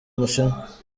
umushinwa